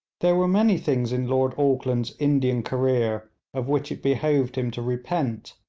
there were many things in lord auckland's indian career of which it behoved him to repent,